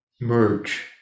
merge